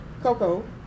Coco